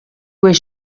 was